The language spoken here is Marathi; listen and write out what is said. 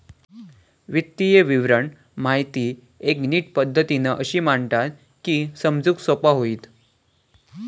वित्तीय विवरण माहिती एक नीट पद्धतीन अशी मांडतत की समजूक सोपा होईत